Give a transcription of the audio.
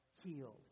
healed